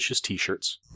t-shirts